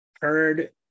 heard